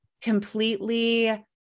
completely